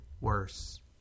worse